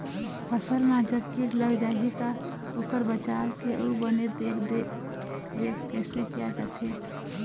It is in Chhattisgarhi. फसल मा जब कीट लग जाही ता ओकर बचाव के अउ बने देख देख रेख कैसे किया जाथे?